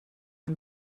ein